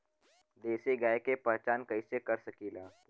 देशी गाय के पहचान कइसे कर सकीला?